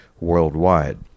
worldwide